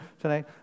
today